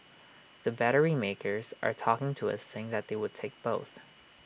the battery makers are talking to us saying that they would take both